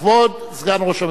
כבוד סגן ראש הממשלה.